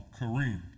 Kareem